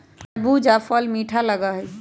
खरबूजा फल मीठा लगा हई